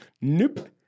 Nope